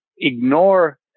ignore